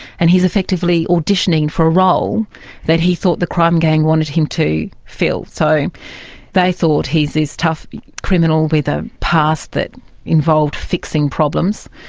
and he is effectively auditioning for a role that he thought the crime gang wanted him to fill. so they thought here's this tough criminal with a past that involved fixing problems,